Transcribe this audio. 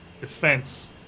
defense